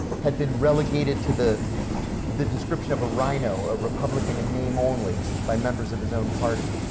had been relegated to the the description of a rhino, a republican in name only, by members of his own party,